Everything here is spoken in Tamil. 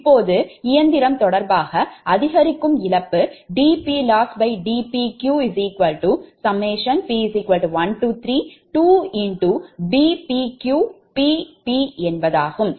இப்போது இயந்திரம் தொடர்பாக அதிகரிக்கும் இழப்பு dPLossdPq p132BpqPpஎன்பதாகும்